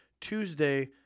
Tuesday